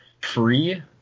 free